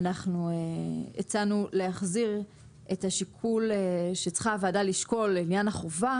הצענו להחזיר את השיקול שצריכה הוועדה לשקול לעניין החובה